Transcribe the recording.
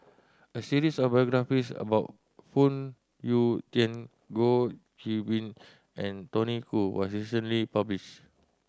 a series of biographies about Phoon Yew Tien Goh Qiu Bin and Tony Khoo was recently published